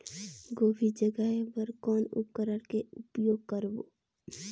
गोभी जगाय बर कौन उपकरण के उपयोग करबो?